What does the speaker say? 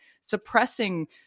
suppressing